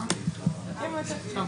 הכנסת.